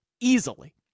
Easily